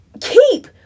keep